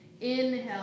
Inhale